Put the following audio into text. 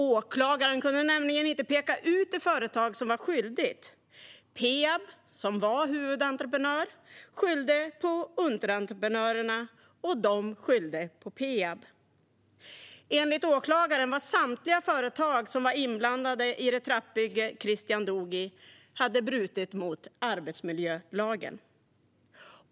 Åklagaren kunde inte peka ut det företag som var skyldigt. Peab, som var huvudentreprenör, skyllde på underentreprenörerna, och de skyllde på Peab. Enligt åklagaren hade samtliga företag som var inblandade i det trappbygge som Christian dog i brutit mot arbetsmiljölagen.